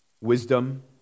wisdom